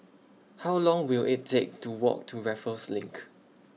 How Long Will IT Take to Walk to Raffles LINK